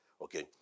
Okay